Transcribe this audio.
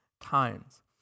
times